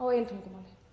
á eigin tungumáli